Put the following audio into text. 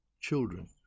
children